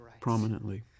prominently